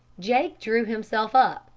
jake drew himself up,